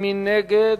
מי נגד?